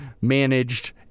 managed